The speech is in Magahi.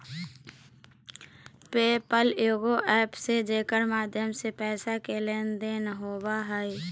पे पल एगो एप्प है जेकर माध्यम से पैसा के लेन देन होवो हय